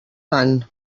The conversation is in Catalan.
van